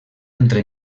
entre